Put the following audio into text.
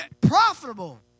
profitable